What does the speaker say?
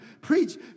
Preach